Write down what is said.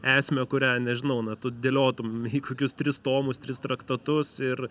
esmę kurią nežinau na tu dėliotum į kokius tris tomus tris traktatus ir